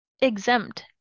exempt